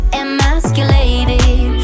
emasculated